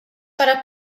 para